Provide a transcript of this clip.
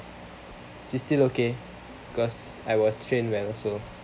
which is still okay cause I was trained well so